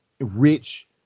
rich